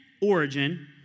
origin